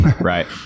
Right